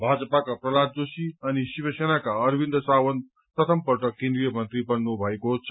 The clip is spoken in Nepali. भाजपाका प्रल्हाद जोशी अनि शिवसेनाका अरविन्द सावन्त प्रथमपलट केन्द्रीय बन्नुमएको छ